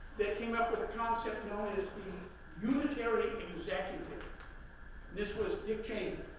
that came up with the concept known as unitary executive, and this was dick chaney.